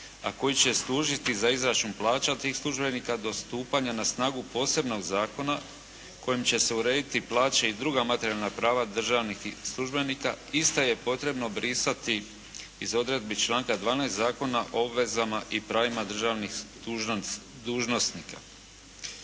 a koji će služiti za izračun plaća tih službenika do stupanja za snagu posebnog zakona kojim će se urediti plaće i druga materijalna prava državnih službenika. Isto je potrebno brisati iz odredbi članka 12. Zakona o obvezama i pravima državnih dužnosnika.